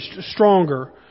stronger